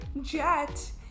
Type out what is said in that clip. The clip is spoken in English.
jet